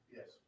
Yes